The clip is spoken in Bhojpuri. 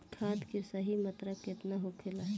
खाद्य के सही मात्रा केतना होखेला?